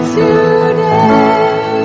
today